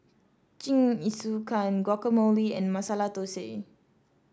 Jingisukan Guacamole and Masala Dosa